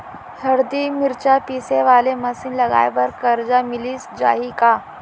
हरदी, मिरचा पीसे वाले मशीन लगाए बर करजा मिलिस जाही का?